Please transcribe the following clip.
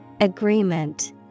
Agreement